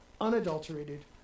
unadulterated